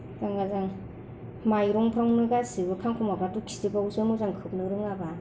आजां गाजां माइरंफ्रावनो गासैबो खांखमाफ्राथ' खिजोबावोसो मोजाङै खोबनो रोङाब्ला